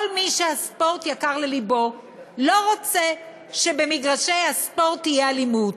כל מי שהספורט יקר ללבו לא רוצה שבמגרשי הספורט תהיה אלימות.